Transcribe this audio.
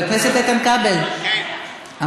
אתה